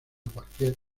cualquier